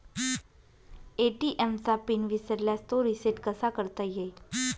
ATM चा PIN विसरल्यास तो रिसेट कसा करता येईल?